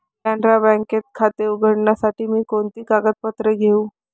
कॅनरा बँकेत खाते उघडण्यासाठी मी कोणती कागदपत्रे घेऊ?